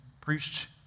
preached